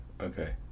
Okay